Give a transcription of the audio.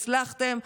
הצלחתם,